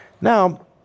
Now